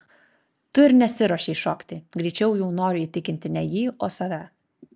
tu ir nesiruošei šokti greičiau jau noriu įtikinti ne jį o save